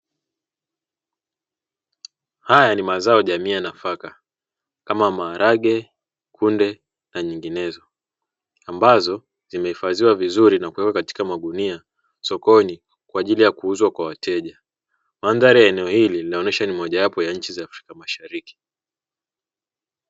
Haya ni mazao jamii ya nafaka kama maharage, kunde na nyinginezo, ambazo zimehifadhiwa vizuri na kuwekwa katika magunia sokoni, kwa ajili ya kuuzwa kwa wateja. Mandhari ya eneo hili linaonyesha ni mojawapo ya nchi za Afrika mashariki.